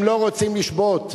הם לא רוצים לשבות.